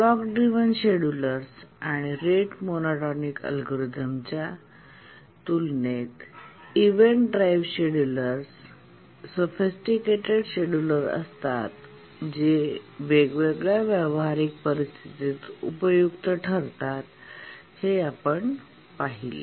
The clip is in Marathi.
क्लॉक ड्रिव्हन शेड्युलर्स आणि रेट मोनो टॉनिक अल्गोरिदमच्या तुलनेत event drive schedulers sophisticated scheduler असतात जे वेगवेगळ्या व्यावहारिक परिस्थितीत उपयुक्त ठरतात हे आपण पाहिले